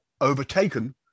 overtaken